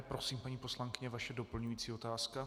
Prosím, paní poslankyně, vaše doplňující otázka.